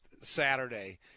Saturday